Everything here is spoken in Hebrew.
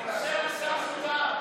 לקויות למידה,